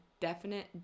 definite